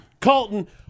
Colton